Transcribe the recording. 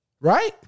Right